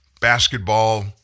basketball